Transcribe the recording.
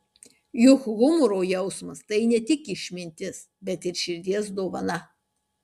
juk humoro jausmas tai ne tik išmintis bet ir širdies dovana